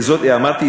אמרתי,